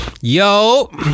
Yo